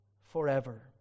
forever